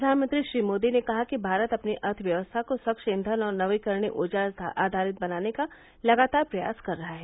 प्रधानमंत्री श्री मोदी ने कहा कि भारत अपनी अर्थव्यवस्था को स्वच्छ ईघन और नवीकरणीय ऊर्जा आधारित बनाने का लगातार प्रयास कर रहा है